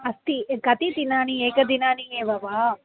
अस्ति कति दिनानि एकदिनम् एव वा